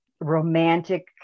romantic